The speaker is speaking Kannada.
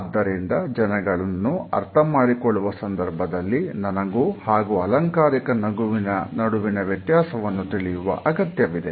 ಆದ್ದರಿಂದ ಜನಗಳನ್ನು ಅರ್ಥ ಮಾಡಿಕೊಳ್ಳುವ ಸಂದರ್ಭದಲ್ಲಿ ನನಗೂ ಹಾಗೂ ಅಲಂಕಾರಿಕ ನಗುವಿನ ನಡುವಿನ ವ್ಯತ್ಯಾಸವನ್ನು ತಿಳಿಯುವ ಅಗತ್ಯವಿದೆ